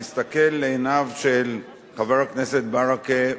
להסתכל לעיניו של חבר הכנסת ברכה,